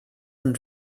and